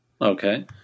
Okay